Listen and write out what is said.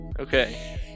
okay